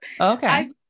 Okay